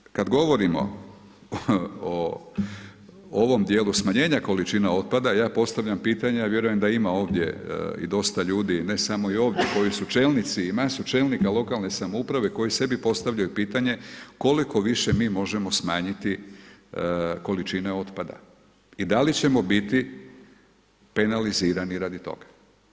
Znači, kad govorimo o ovom djelu smanjenja količine otpada, ja postavljam pitanje, a vjerujem da ima ovdje i dosta ljudi, ne samo i ovdje koji su čelnici i van su čelnika lokalne samouprave koji sebi postavljaju pitanje koliko više mi možemo smanjiti količine otpada i da li ćemo biti penalizirani radi toga.